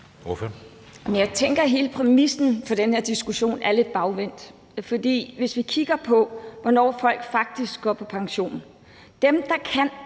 Jeg tænker, at hele præmissen for den her diskussion er lidt bagvendt. For hvis vi kigger på, hvornår folk faktisk går på pension,